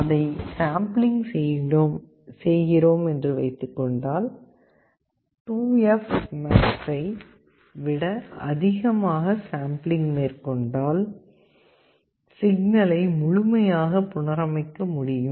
அதை சாம்பிளிங் செய்கிறோம் என்று வைத்துக்கொள்வோம் 2fmax ஐ விட அதிகமாக சாம்பிளிங் மேற்கொண்டால் சிக்னலை முழுமையாக புனரமைக்க முடியும்